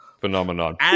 Phenomenon